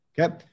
okay